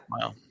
wow